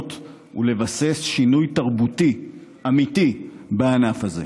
התאונות ולבסס שינוי תרבותי אמיתי בענף הזה.